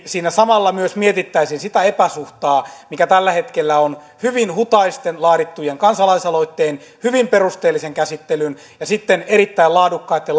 siinä samalla myös mietittäisiin sitä epäsuhtaa mikä tällä hetkellä on hyvin hutaisten laadittujen kansalais aloitteiden hyvin perusteellisen käsittelyn ja sitten erittäin laadukkaitten